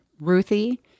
Ruthie